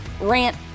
rant